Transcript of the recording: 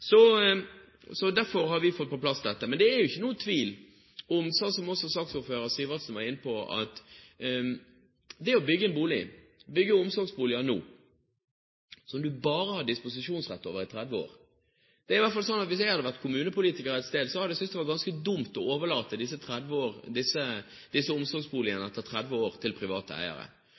Så derfor har vi fått på plass dette. Men det er ingen tvil om, slik også saksordføreren, Sivertsen, var inne på, at omsorgsboliger som er bygget nå, har man disposisjonsrett over i bare 30 år. Hvis jeg hadde vært kommunepolitiker et sted, så hadde i hvert fall jeg syntes det var ganske dumt å overlate disse omsorgsboligene til private eiere